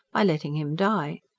by letting him die.